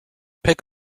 pick